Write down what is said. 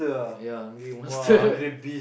yeah hungry monster